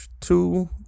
two